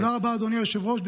תודה רבה, אדוני היושב-ראש.